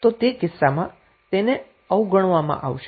તો તે કિસ્સામાં તેને અવગણવામાં આવશે